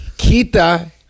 quita